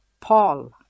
Paul